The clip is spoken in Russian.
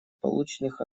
полученных